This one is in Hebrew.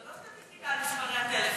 זו לא סטטיסטיקה על מספרי הטלפון.